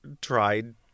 tried